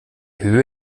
höhe